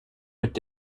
mit